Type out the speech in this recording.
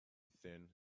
thin